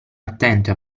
attento